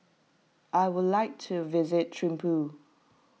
I would like to visit Thimphu